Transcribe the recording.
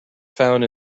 found